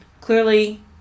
clearly